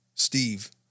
Steve